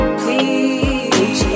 please